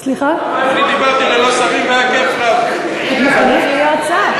אני דיברתי ללא שר והיה כיף, היה נחמד מאוד.